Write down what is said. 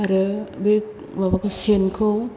आरो बे माबाखौ सेनखौ